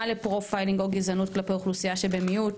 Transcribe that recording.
לפרופיילינג או גזענות כלפי אוכלוסיות מיעוט,